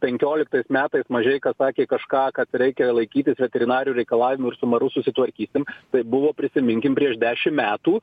penkioliktais metais mažeika sakė kažką kad reikia laikytis veterinarių reikalavimų ir su maru susitvarkykim tai buvo prisiminkim prieš dešim metų